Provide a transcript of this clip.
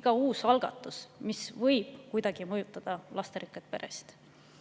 iga uus algatus, mis võib kuidagi mõjutada lasterikkaid peresid.